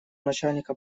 начальника